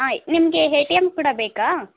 ಹಾಂ ನಿಮಗೆ A T M ಕೂಡ ಬೇಕಾ